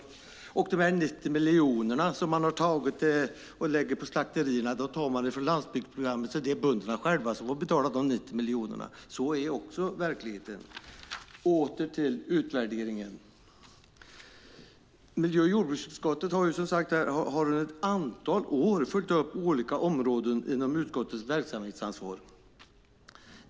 Och de 90 miljoner som man lägger på slakterierna tar man från landsbygdsprogrammet. Det är alltså bönderna själva som får betala de 90 miljonerna. Så är verkligheten. Låt mig så gå över till utvärderingen. Miljö och jordbruksutskottet har under ett antal år följt upp olika områden inom utskottets verksamhetsansvar.